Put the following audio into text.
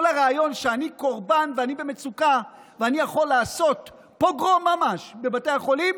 כל הרעיון של "אני קורבן" ו"אני יכול לעשות פוגרום ממש בבתי החולים"